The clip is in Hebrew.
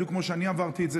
בדיוק כמו שאני עברתי את זה,